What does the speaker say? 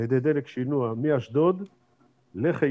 על ידי דלק שינוע, מאשדוד לחיפה